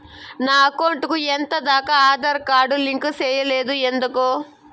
నా అకౌంట్ కు ఎంత దాకా ఆధార్ కార్డు లింకు సేయలేదు ఎందుకు